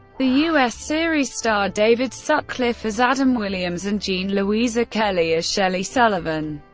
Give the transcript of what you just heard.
the us series starred david sutcliffe as adam williams and jean louisa kelly as shelley sullivan.